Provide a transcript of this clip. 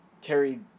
Terry